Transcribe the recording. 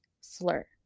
slur